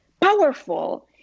powerful